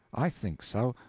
i think so.